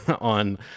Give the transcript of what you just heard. on